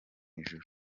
ijuru